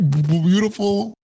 beautiful